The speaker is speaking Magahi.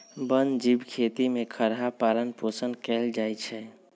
वन जीव खेती में खरहा पालन पोषण कएल जाइ छै